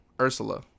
Ursula